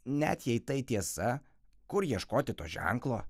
net jei tai tiesa kur ieškoti to ženklo